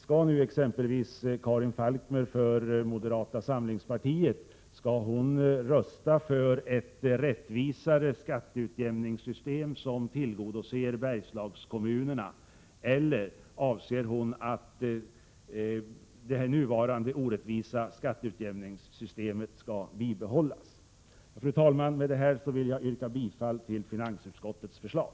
Skall nu exempelvis Karin Falkmer från moderata samlingspartiet rösta för ett rättvisare skatteutjämningssystem som tillgodoser Bergslagskommunerna eller för att det nuvarande orättvisa skatteutjämningssystemet skall bibehållas? Fru talman! Med det här vill jag yrka bifall till finansutskottets förslag.